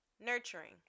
Nurturing